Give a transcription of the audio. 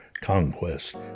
conquest